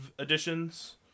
editions